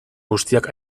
guztiak